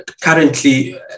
currently